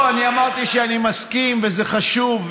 לא, אני אמרתי שאני מסכים, וזה חשוב.